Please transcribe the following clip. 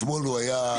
אתמול הוא היה,